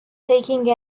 taking